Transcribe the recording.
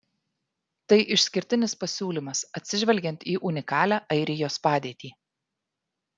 tai išskirtinis pasiūlymas atsižvelgiant į unikalią airijos padėtį